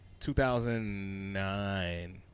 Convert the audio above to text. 2009